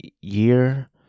year